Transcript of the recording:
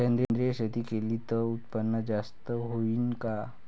सेंद्रिय शेती केली त उत्पन्न जास्त होईन का?